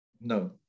No